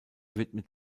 widmet